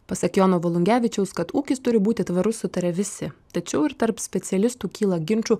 pasak jono volungevičiaus kad ūkis turi būti tvarus sutaria visi tačiau ir tarp specialistų kyla ginčų